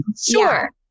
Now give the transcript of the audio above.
Sure